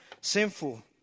sinful